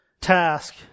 task